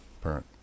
parent